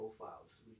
profiles